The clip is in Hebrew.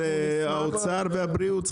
זה האוצר והבריאות,